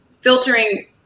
filtering